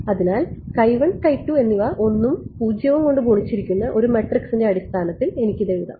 അതിനാൽ എന്നിവ 1 ഉം 0 ഉം കൊണ്ട് ഗുണിച്ചിരിക്കുന്ന ഒരു മാട്രിക്സിന്റെ അടിസ്ഥാനത്തിൽ എനിക്ക് ഇത് എഴുതാം